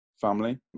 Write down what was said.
family